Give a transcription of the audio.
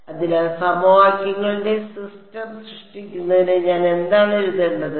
അതിനാൽ സമവാക്യങ്ങളുടെ സിസ്റ്റം സൃഷ്ടിക്കുന്നതിന് ഞാൻ എന്താണ് എഴുതേണ്ടത്